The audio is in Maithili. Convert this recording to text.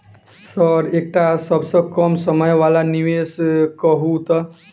सर एकटा सबसँ कम समय वला निवेश कहु तऽ?